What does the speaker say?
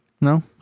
No